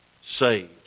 saved